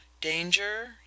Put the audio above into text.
Danger